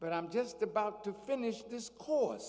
but i'm just about to finish this cause